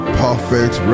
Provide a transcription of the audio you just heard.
perfect